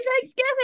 Thanksgiving